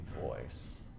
voice